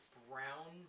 brown